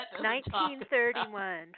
1931